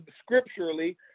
scripturally